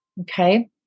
Okay